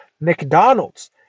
McDonald's